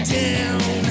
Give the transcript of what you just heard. down